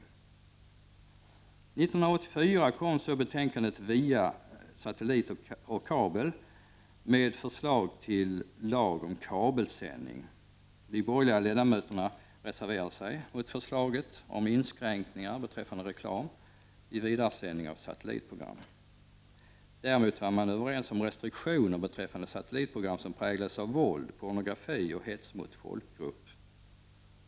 År 1984 kom betänkandet via satellit och kabel med förslag till lag om kabelsändning. De borgerliga ledamöterna reserverade sig mot förslaget om inskränkningar beträffande reklam i vidaresändning av satellitprogram. Däremot var man överens om restriktioner beträffande satellitprogram som präglas av våld, pornografi och hets mot folkgrupp.